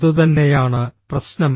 അതുതന്നെയാണ് പ്രശ്നം